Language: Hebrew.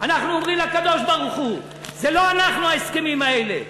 אנחנו אומרים לקדוש-ברוך-הוא: זה לא אנחנו ההסכמים האלה,